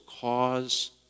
cause